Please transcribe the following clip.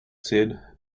said